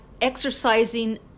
exercising